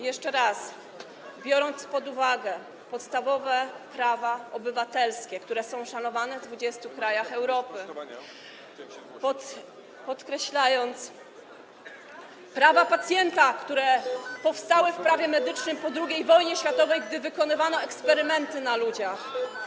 Jeszcze raz, biorąc pod uwagę podstawowe prawa obywatelskie, które są szanowane w 20 krajach Europy, podkreślając prawa pacjenta, które powstały w prawie medycznym po II wojnie światowej, gdy wykonywano eksperymenty na ludziach.